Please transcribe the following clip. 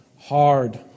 hard